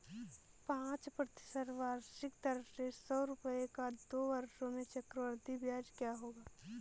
पाँच प्रतिशत वार्षिक दर से सौ रुपये का दो वर्षों में चक्रवृद्धि ब्याज क्या होगा?